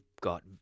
got